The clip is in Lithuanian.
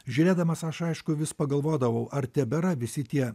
žiūrėdamas aš aišku vis pagalvodavau ar tebėra visi tie